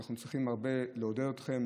אנחנו צריכים הרבה לעודד אתכם,